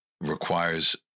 requires